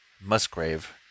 Musgrave